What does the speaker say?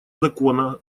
закона